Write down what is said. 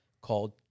called